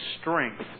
strength